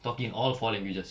talking all four languages